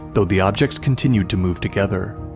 though the objects continued to move together.